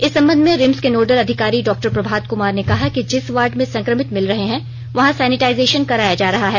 इस संबंध में रिम्स के नोडल अधिकारी डॉक्टर प्रभात कृमार ने कहा कि जिस वार्ड में संकमित मिल रहे हैं वहां सैनिटाजेशन कराया जा रहा है